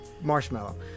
marshmallow